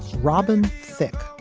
robin thicke,